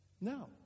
No